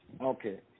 Okay